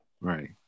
Right